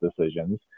decisions